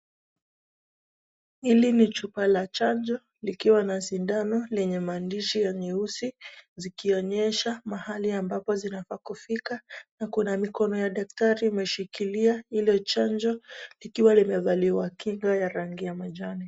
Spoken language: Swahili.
Hili ni chupa la chanjo likiwa na sindano lenye maandishi ya nyeusi zikionyesha mahali ambapo zinafaa kufika na kuna mikono ya daktari imeshikilia hilo chanjo likiwa limevaliwa kinga ya rangi ya manjano.